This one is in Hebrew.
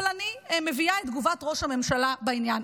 אני מביאה את תגובת ראש הממשלה בעניין.